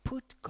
Put